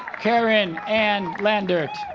karen ann landert